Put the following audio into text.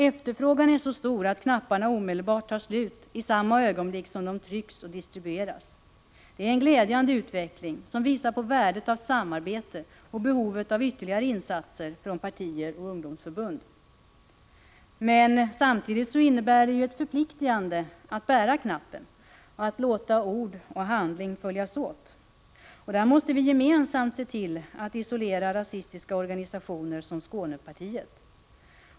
Efterfrågan är så stor att knapparna tar slut i samma ögonblick som de trycks och distribueras. Det är en glädjande utveckling som visar på värdet av samarbete och behovet av ytterligare insatser från partier och ungdomsförbund. Samtidigt innebär det emellertid ett förpliktigande att bära knappen, att låta ord och handling följas åt. Vi måste gemensamt se till att isolera rasistiska organisationer som Skånepartiet.